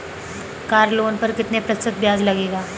Car loan पर कितने प्रतिशत ब्याज लगेगा?